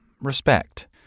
respect